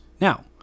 Now